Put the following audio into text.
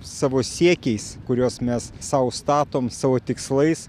savo siekiais kuriuos mes sau statom savo tikslais